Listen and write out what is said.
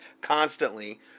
constantly